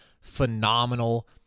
phenomenal